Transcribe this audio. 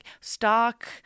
stock